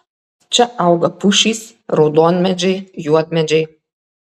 čia auga pušys raudonmedžiai juodmedžiai